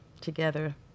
together